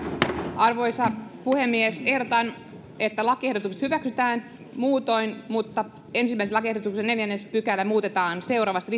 arvoisa puhemies ehdotan että lakiehdotukset hyväksytään muutoin mutta ensimmäisen lakiehdotuksen neljäs pykälä muutetaan seuraavasti